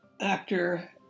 actor